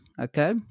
okay